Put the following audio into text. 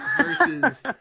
Versus